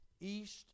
east